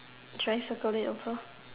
should I circle it also